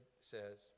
says